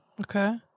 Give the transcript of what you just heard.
Okay